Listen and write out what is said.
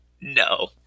no